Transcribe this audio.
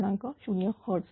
0 hertz